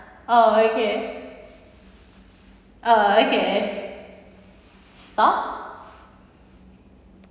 oh okay oh okay stop